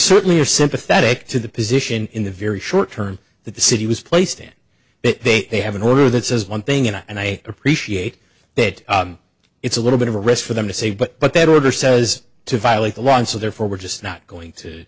certainly are sympathetic to the position in the very short term that the city was placed in that they have an order that says one thing and i appreciate that it's a little bit of a risk for them to say but but that order says to violate the law and so therefore we're just not going to